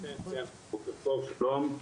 בוקר טוב שלום,